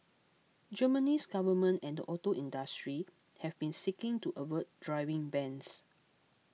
Germany's government and the auto industry have been seeking to avert driving bans